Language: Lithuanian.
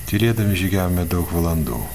tylėdami žygiavome daug valandų